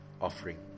offering